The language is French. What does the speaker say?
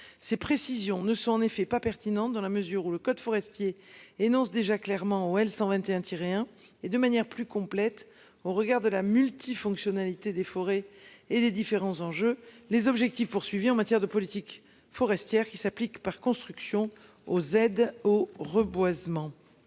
Ces précisions ne sont en effet pas permis. Sinon, dans la mesure où le code forestier énonce déjà clairement elle 121 tirer hein et de manière plus complète au regard de la multi-fonctionnalité des forêts et les différents enjeux les objectifs poursuivis en matière de politique forestière qui s'applique par construction aux aide au reboisement.